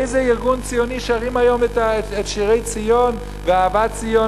באיזה ארגון ציוני שרים היום את שירי ציון ואהבת ציון